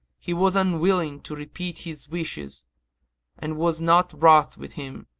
he was unwilling to repeat his wishes and was not wroth with him,